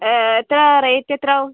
എത്ര റേറ്റ് എത്രയാവും